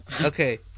Okay